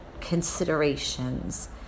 considerations